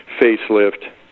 facelift